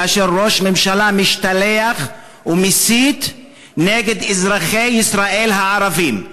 כאשר ראש ממשלה משתלח ומסית נגד אזרחי ישראל הערבים.